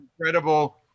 Incredible